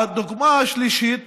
הדוגמה השלישית